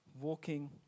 Walking